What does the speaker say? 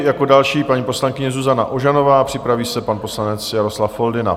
Jako další paní poslankyně Zuzana Ožanová, připraví se pan poslanec Jaroslav Foldyna.